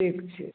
ठीक छै